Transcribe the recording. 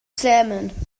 zähmen